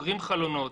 סוגרים חלונות,